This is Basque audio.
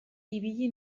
ibili